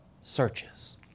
searches